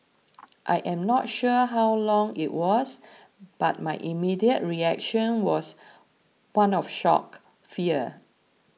I am not sure how long it was but my immediate reaction was one of shock fear